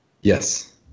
Yes